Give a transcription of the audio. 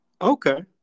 Okay